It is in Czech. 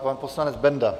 Pan poslanec Benda.